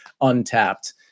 untapped